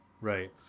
right